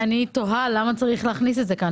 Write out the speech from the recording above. תוהה למה צריך להכניס את זה כאן.